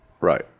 Right